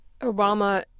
Obama